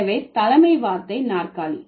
எனவே தலைமை வார்த்தை நாற்காலி